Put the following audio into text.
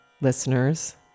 listeners